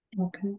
Okay